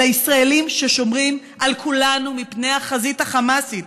אלה הישראלים ששומרים על כולנו מפני החזית החמאסית,